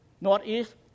northeast